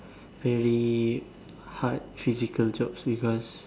very hard physical jobs because